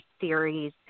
series